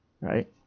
Right